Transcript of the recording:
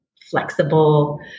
flexible